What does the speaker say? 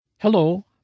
Hello